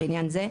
לעניין זה,